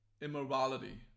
immorality